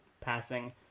passing